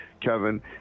Kevin